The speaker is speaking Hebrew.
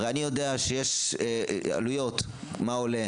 הרי אני יודע שיש עלויות וכמה עולה